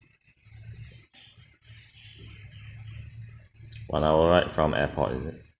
one hour ride from airport is it